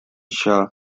shah